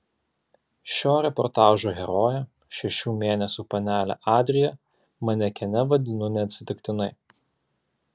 šio reportažo heroję šešių mėnesių panelę adriją manekene vadinu neatsitiktinai